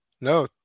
no